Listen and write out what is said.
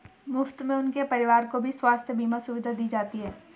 मुफ्त में उनके परिवार को भी स्वास्थ्य बीमा सुविधा दी जाती है